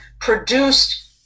produced